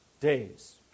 days